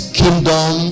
kingdom